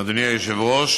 אדוני היושב-ראש,